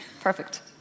Perfect